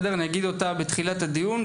אומר אותה בתחילת הדיון.